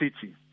City